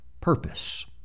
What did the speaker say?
purpose